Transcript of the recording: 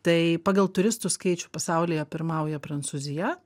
tai pagal turistų skaičių pasaulyje pirmauja prancūzija